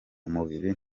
umubiri